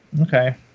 Okay